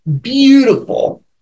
beautiful